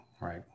Right